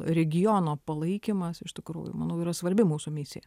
regiono palaikymas iš tikrųjų manau yra svarbi mūsų misija